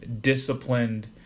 disciplined